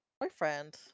boyfriend